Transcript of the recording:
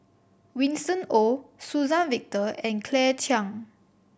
Winston Oh Suzann Victor and Claire Chiang